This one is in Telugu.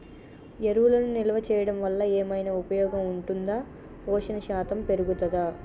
ఎరువులను నిల్వ చేయడం వల్ల ఏమైనా ఉపయోగం ఉంటుందా పోషణ శాతం పెరుగుతదా?